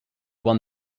won